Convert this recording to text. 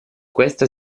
questa